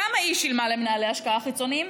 כמה היא שילמה למנהלי השקעה חיצוניים?